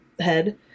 head